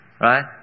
Right